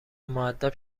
مودب